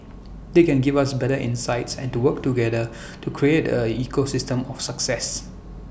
they can give us better insights and to work together to create A ecosystem of success